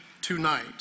tonight